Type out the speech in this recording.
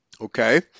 Okay